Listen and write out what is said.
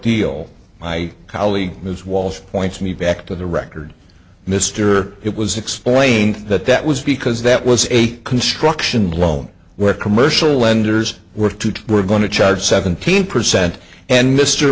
deal my colleague is walsh points me back to the record mr it was explained that that was because that was a construction loan where commercial lenders were to were going to charge seventeen percent and mr